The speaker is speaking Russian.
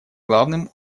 главным